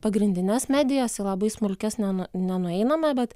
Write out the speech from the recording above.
pagrindines medijas į labai smulkesniam nenu nenueinama bet